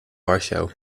warschau